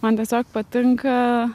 man tiesiog patinka